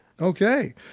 Okay